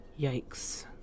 yikes